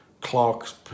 Clark's